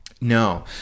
No